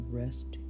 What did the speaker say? rest